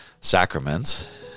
sacraments